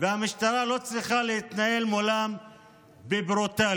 והמשטרה לא צריכה להתנהל מולם בברוטליות.